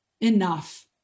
enough